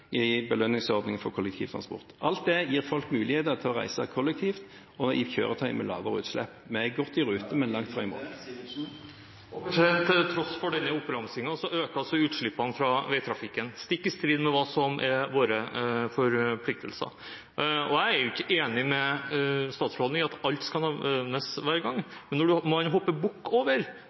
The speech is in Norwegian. i belønningsordning for kollektivtransport. Alt dette gir folk mulighet til å reise kollektivt og i kjøretøy med lavere utslipp. Vi er godt i rute … Da er tiden ute. Til tross for denne oppramsingen øker utslippene fra veitrafikken – stikk i strid med det som er våre forpliktelser. Jeg er ikke enig med statsråden i at alt skal nevnes hver gang, men når man hopper bukk over